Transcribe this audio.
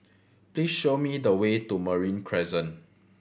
please show me the way to Marine Crescent